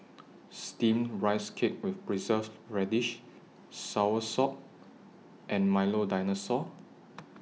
Steamed Rice Cake with Preserved Radish Soursop and Milo Dinosaur